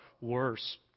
worse